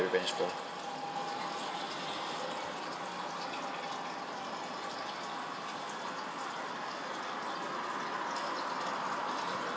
revenge for